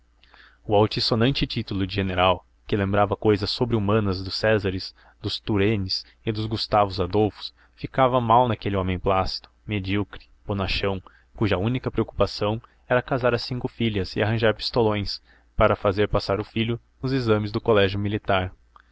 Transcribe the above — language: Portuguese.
o altissonante título de general que lembrava cousas sobre humanas dos césares dos turennes e dos gustavos adolfos ficava mal naquele homem plácido medíocre bonachão cuja única preocupação era casar as cinco filhas e arranjar pistolões para fazer passar o filho nos exames do colégio militar